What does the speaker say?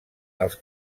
els